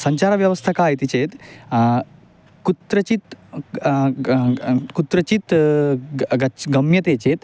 सञ्चारव्यावस्था का इति चेत् कुत्रचित् कुत्रचित् ग गच् गम्यते चेत्